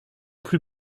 plus